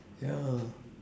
ya lah